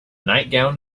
nightgown